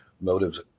motives